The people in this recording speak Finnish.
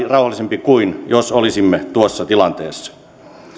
rauhallisempi kuin jos olisimme tuossa tilanteessa